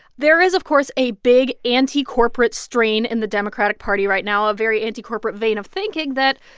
there is, of course, a big anti-corporate strain in the democratic party right now, a very anti-corporate vein of thinking that,